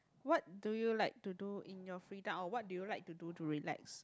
what do you like to do in your free time or what do you like to do to relax